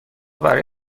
برای